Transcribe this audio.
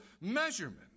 measurement